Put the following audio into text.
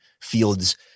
field's